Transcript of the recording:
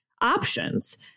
options